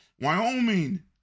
Wyoming